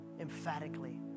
emphatically